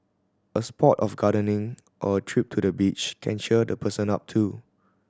a spot of gardening or a trip to the beach can cheer the person up too